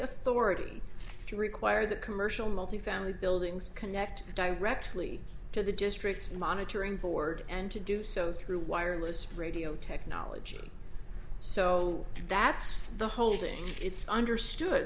authority to require the commercial multifamily buildings connect directly to the district's monitoring forward and to do so through wireless radio technology so that's the whole thing it's understood